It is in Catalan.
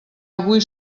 avui